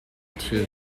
thil